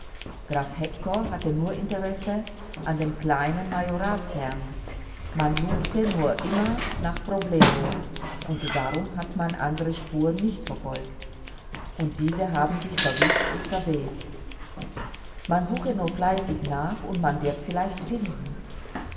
graf hektor hatte nur interesse an dem kleinen majoratsherrn man lugte nur immer nach wroblewo und darum hat man andere spuren nicht verfolgt und diese haben sich verwischt und verweht man suche nur fleißig nach und man wird vielleicht finden